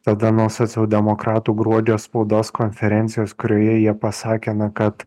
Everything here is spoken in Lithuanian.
tada nuo socialdemokratų gruodžio spaudos konferencijos kurioje jie pasakė kad